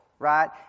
Right